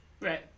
Right